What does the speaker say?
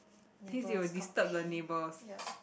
neighbours complain ya